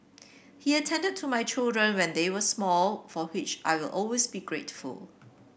he attended to my children when they were small for which I will always be grateful